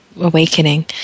awakening